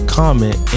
comment